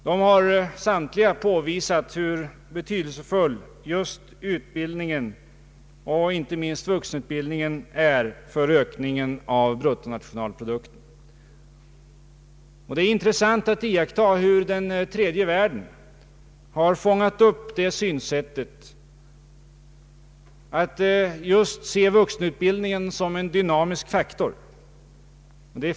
De har samtliga påvisat hur betydelsefull utbildning, och inte minst vuxenutbildning, är för ökningen av bruttonationalprodukten. Det är intressant att iakttaga hur den tredje världen har fångat upp synsättet att här se vuxenutbildningen som en dynamisk faktor.